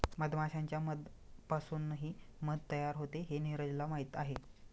मधमाश्यांच्या मधापासूनही मध तयार होते हे नीरजला माहीत आहे